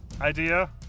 idea